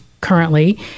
currently